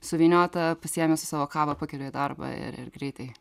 suvyniota pasiemi su savo kavą pakeliui į darbą ir ir greitai